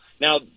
Now